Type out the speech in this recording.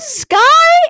sky